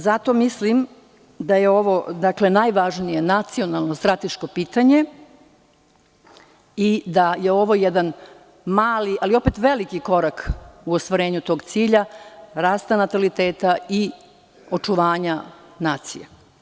Zato mislim da je ovo najvažnije nacionalno i strateško pitanje i da je ovo jedan mali, ali opet veliki korak u ostvarenju tog cilja - rasta nataliteta i očuvanja nacije.